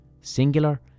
singular